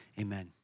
Amen